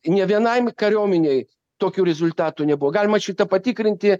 ne vienam kariuomenėj tokių rezultatų nebuvo galima šitą patikrinti